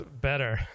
better